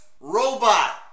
robot